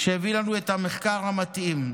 שהביא לנו את המחקר המתאים.